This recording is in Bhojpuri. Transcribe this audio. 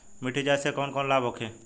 मिट्टी जाँच से कौन कौनलाभ होखे?